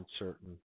uncertain